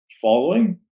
following